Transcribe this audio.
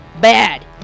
bad